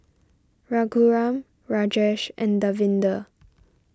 Raghuram Rajesh and Davinder